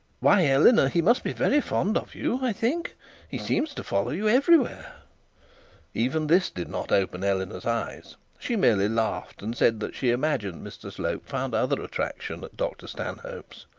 why, eleanor, he must be very fond of you, i think he seems to follow you everywhere even this did not open eleanor's eyes. she merely laughed, and said that she imagined mr slope found other attraction at dr stanhope's.